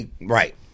Right